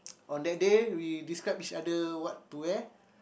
on that day we describe each other what to have